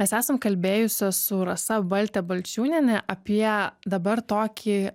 mes esam kalbėjusios su rasa balte balčiūniene apie dabar tokį